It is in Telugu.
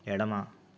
ఎడమ